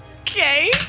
okay